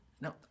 no